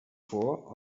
for